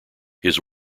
his